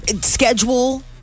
schedule